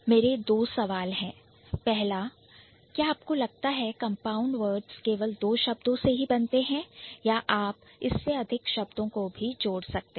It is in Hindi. मेरे दो सवाल है पहला क्या आपको लगता है कि compound words केवल 2 शब्दों से ही बनते हैं या आप इससे अधिक शब्द भी जोड़ सकते हैं